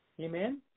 Amen